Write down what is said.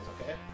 okay